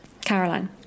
Caroline